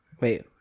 Wait